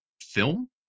film